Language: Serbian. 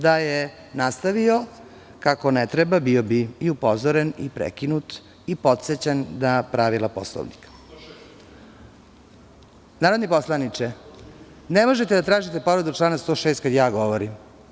Da je nastavio kako ne treba, bio bi i upozoren i prekinut i podsećan na pravila Poslovnika. (Zoran Babić, s mesta: Član 106.) Narodni poslaničke, ne možete da tražite povredu člana 106. kada ja govorim.